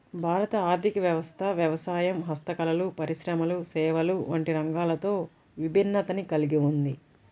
భారత ఆర్ధిక వ్యవస్థ వ్యవసాయం, హస్తకళలు, పరిశ్రమలు, సేవలు వంటి రంగాలతో విభిన్నతను కల్గి ఉంది